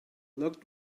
looked